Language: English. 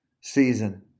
season